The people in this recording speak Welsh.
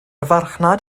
farchnad